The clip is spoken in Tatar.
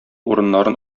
урыннарын